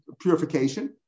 purification